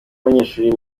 w’abanyeshuri